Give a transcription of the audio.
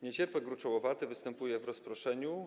Niecierpek gruczołowaty występuje w rozproszeniu.